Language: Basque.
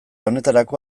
honetarako